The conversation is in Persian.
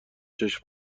چشم